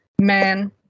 man